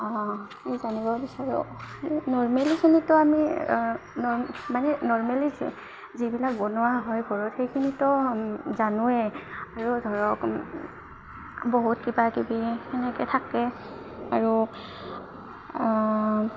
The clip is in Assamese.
জানিব বিচাৰোঁ নৰ্মেলিখিনিতো আমি মানে নৰ্মেলি যিবিলাক বনোৱা হয় ঘৰত সেইখিনিতো জানোৱেই আৰু ধৰক বহুত কিবা কিবি সেনেকে থাকে আৰু